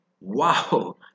wow